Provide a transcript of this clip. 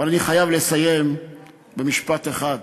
אני חייב לסיים במשפט אחד: